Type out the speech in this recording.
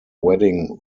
wedding